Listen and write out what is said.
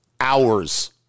hours